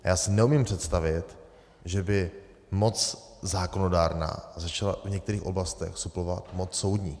A já si neumím představit, že by moc zákonodárná začala v některých oblastech suplovat moc soudní.